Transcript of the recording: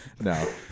No